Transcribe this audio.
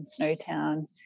Snowtown